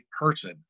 person